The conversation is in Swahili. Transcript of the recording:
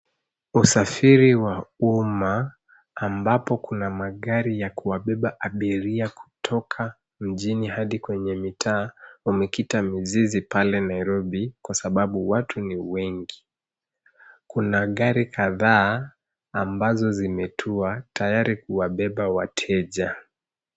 Usafiri wa umma ambapo kuna magari ya kuwabeba abiria kutoka mjini hadi kwenye mitaa wamekita mizizi pale nairobi kwa sababu watu ni wengi kuna gari kadhaa ambazo zimetua tayari kuwabeba wateja.